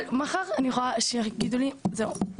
מחר אני יכולה שיגידו לי זהו,